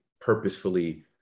purposefully